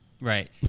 right